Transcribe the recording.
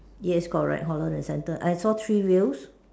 yes correct hollow on the center I saw three wheels